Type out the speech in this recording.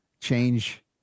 change